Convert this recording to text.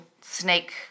snake